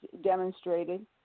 demonstrated